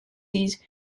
these